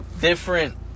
different